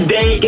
Day